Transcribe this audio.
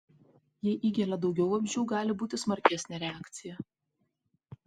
jei įgelia daugiau vabzdžių gali būti smarkesnė reakcija